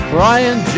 Brian